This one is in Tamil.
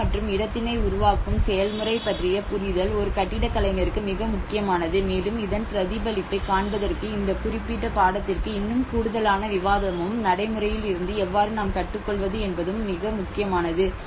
இடம் மற்றும் இடத்தினை உருவாக்கும் செயல்முறை பற்றிய புரிதல் ஒரு கட்டிடக் கலைஞருக்கு மிக முக்கியமானது மேலும் இதன் பிரதிபலிப்பை காண்பதற்கு இந்த குறிப்பிட்ட பாடத்திற்கு இன்னும் கூடுதலான விவாதமும் நடைமுறையில் இருந்து எவ்வாறு நாம் கற்றுக் கொள்வது என்பதும் மிக முக்கியமானது